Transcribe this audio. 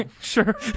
sure